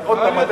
עוד פעם,